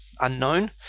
unknown